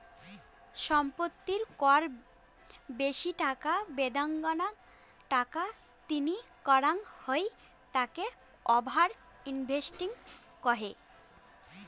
সম্পত্তির কর বেশি টাকা বেদাঙ্গনা টাকা তিনি করাঙ হই তাকে ওভার ইনভেস্টিং কহে